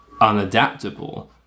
unadaptable